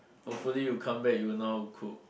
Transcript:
hopefully you come back you will know cook